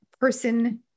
person